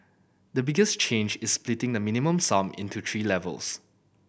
the biggest change is splitting the Minimum Sum into three levels